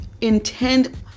intend